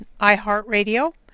iHeartRadio